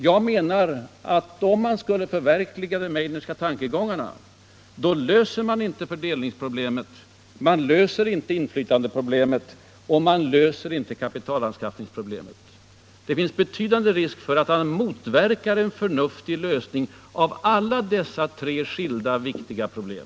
Jag menar att om man skulle förverkliga de Meidnerska tankegångarna löser man inte fördelningsproblemet, inte inflytandeproblemet och inte heller kapitalanskaffningsproblemet. Det finns betydande risk att man motverkar en förnuftig lösning av alla dessa tre viktiga problem.